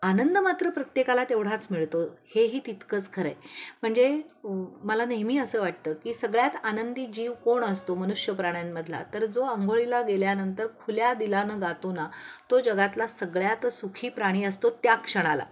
आनंद मात्र प्रत्येकाला तेवढाच मिळतो हेही तितकंच खरं आहे म्हणजे मला नेहमी असं वाटतं की सगळ्यात आनंदी जीव कोण असतो मनुष्य प्राण्यांमधला तर जो आंंघोळीला गेल्यानंतर खुल्या दिलानं गातो ना तो जगातला सगळ्यात सुखी प्राणी असतो त्या क्षणाला